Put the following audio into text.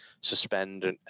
suspend